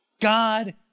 God